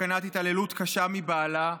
מסכנת התעללות קשה של בעלה,